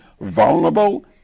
vulnerable